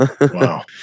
Wow